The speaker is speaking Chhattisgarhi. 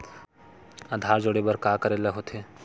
आधार जोड़े बर का करे ला होथे?